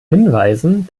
hinweisen